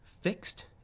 fixed